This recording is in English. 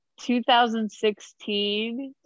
2016